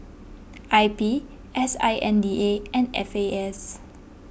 I P S I N D A and F A S